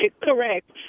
correct